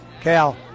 Cal